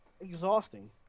Exhausting